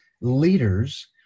leaders